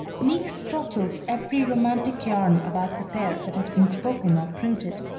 niecks throttles every romantic yarn about the pair that has been spoken or printed.